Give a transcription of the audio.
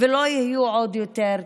ולא יהיו עוד יותר.